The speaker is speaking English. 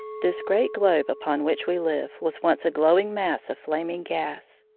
this great globe upon which we live was once a glowing mass of flaming gas.